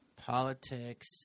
Politics